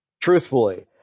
truthfully